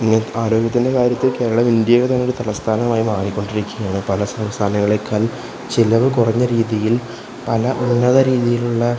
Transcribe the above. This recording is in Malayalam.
ഇന്ന് ആരോഗ്യത്തിൻ്റെ കാര്യത്തിൽ കേരളം ഇന്ത്യയുടെ തന്നെ ഒരു തലസ്ഥാനമായി മാറിക്കൊണ്ടിരിക്കുകയാണ് പല സ്ഥലം സംസ്ഥാനങ്ങളേക്കാൾ ചിലവ് കുറഞ്ഞ രീതിയിൽ പല ഉന്നത രീതീയിലുള്ള